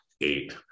eight